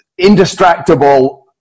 indistractable